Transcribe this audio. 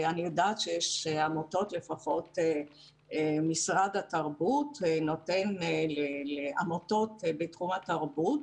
אני יודעת שלפחות משרד התרבות נותן לעמותות בתחום התרבות